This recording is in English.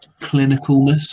clinicalness